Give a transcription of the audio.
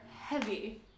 heavy